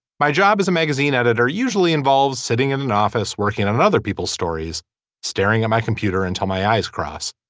my job as a magazine editor usually involves sitting in an office working on other people's stories staring at my computer until my eyes crossed.